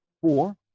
four